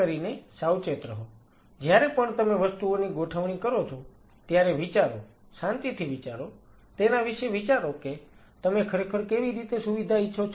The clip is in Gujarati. સાવચેત રહો જ્યારે પણ તમે વસ્તુઓની ગોઠવણી કરો છો ત્યારે વિચારો શાંતિથી વિચારો તેના વિશે વિચારો કે તમે ખરેખર કેવી રીતે સુવિધા ઇચ્છો છો